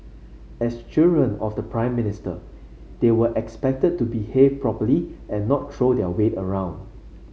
as children of the Prime Minister they were expected to behave properly and not throw their weight around